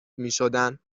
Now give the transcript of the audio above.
میشدن